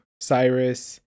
Cyrus